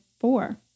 four